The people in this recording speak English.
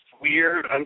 weird